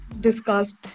discussed